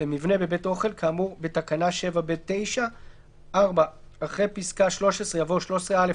במבנה בבית אוכל כאמור בתקנה 7(ב)(9)"; אחרי פסקה (13) יבוא: "(13א)